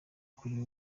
kuri